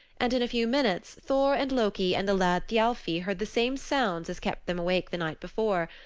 and in a few minutes thor and loki and the lad thialfi heard the same sounds as kept them awake the night before,